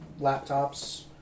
laptops